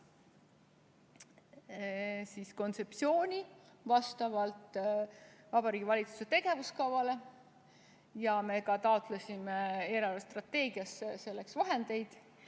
kontseptsiooni vastavalt Vabariigi Valitsuse tegevuskavale ja me taotlesime eelarvestrateegiast selleks vahendeid.